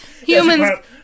Humans